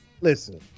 listen